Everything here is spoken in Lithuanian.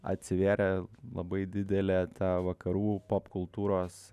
atsivėrė labai didelė ta vakarų popkultūros